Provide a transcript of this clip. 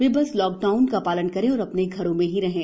वे बस लॉकडाउन का पालन करें और अपने घरों में ही रहें